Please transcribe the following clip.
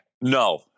No